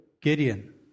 Gideon